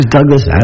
Douglas